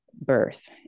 birth